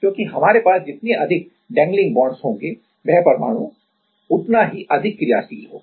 क्योंकि हमारे पास जितने अधिक डैंगलिंग बांड्स dangling bondsहोंगे वह परमाणु अधिक क्रियाशील होगा